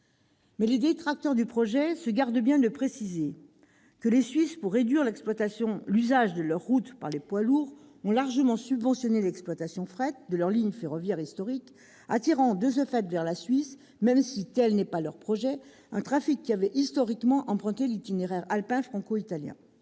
Les détracteurs du projet se gardent cependant bien de préciser que, pour réduire l'usage de leurs routes par les poids lourds, les Suisses ont largement subventionné l'exploitation fret de leurs lignes ferroviaires historiques, attirant ainsi vers leur pays, même si tel n'était pas leur projet, un trafic qui avait historiquement emprunté l'itinéraire alpin franco-italien.